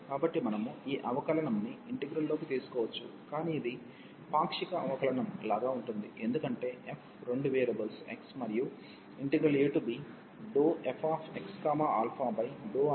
కాబట్టి మనము ఈ అవకలనంని ఇంటిగ్రల్లోకి తీసుకోవచ్చు కానీ ఇది పాక్షిక అవకలనంలాగా ఉంటుంది ఎందుకంటే f రెండు వేరియబుల్స్ x మరియు ab∂fxα∂αdx